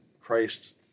Christ